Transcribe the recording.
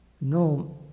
No